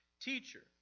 Teacher